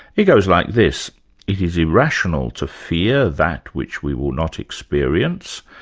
it goes like this, it is irrational to fear that which we will not experience,